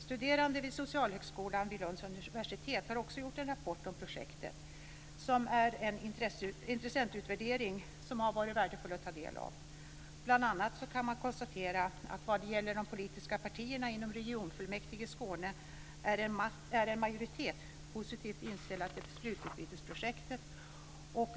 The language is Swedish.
Studerande på Socialhögskolan vid Lunds universitet har gjort en rapport om projektet, en intressentutvärdering som det har varit värdefullt att ta del av. Det kan bl.a. konstateras att en majoritet i de politiska partierna inom regionfullmäktige i Skåne är positivt inställd till sprututbytesprojektet.